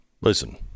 Listen